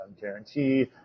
guarantee